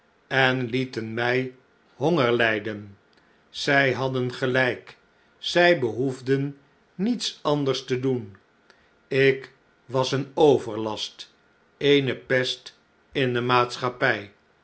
en lieten mij honger hjden zij hadden gelijk zij behoefden niets anders te doen ik was een overlast eene pest in de maatschappij